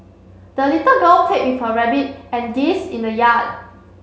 the little girl played with her rabbit and geese in the yard